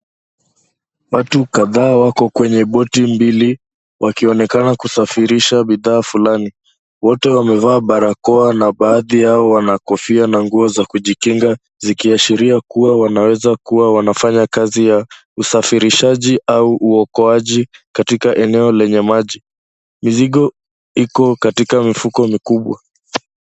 Watu kadhaa wako kwenye boti mbili wakionekana kusafirisha bidhaa fulani. Wote wamevaa barakoa na baadhi yao wana kofia na nguo za kujikinga zikiashiria kuwa wanaweza kuwa wanafanya kazi ya usafirishaji au uokoaji katika eneo lenye maji. Mizigo iko katika mifuko mikubwa.